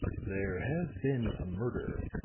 there has been a murder,